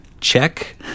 Check